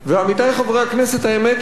האמת היא שזה יהיה גם יותר מ-1%.